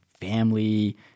family